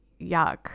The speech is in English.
yuck